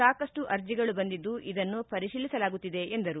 ಸಾಕಷ್ಟು ಅರ್ಜಿಗಳು ಬಂದಿದ್ದು ಇದನ್ನು ಪರಿಶೀಲಿಸಲಾಗುತ್ತಿದೆ ಎಂದರು